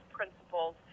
principles